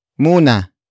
muna